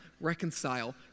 reconcile